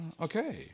Okay